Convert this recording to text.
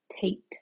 Tate